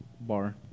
Bar